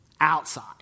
outside